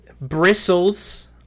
Bristles